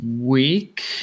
week